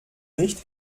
nicht